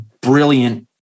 brilliant